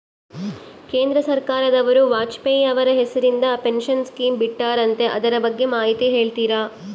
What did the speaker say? ಕೇಂದ್ರ ಸರ್ಕಾರದವರು ವಾಜಪೇಯಿ ಅವರ ಹೆಸರಿಂದ ಪೆನ್ಶನ್ ಸ್ಕೇಮ್ ಬಿಟ್ಟಾರಂತೆ ಅದರ ಬಗ್ಗೆ ಮಾಹಿತಿ ಹೇಳ್ತೇರಾ?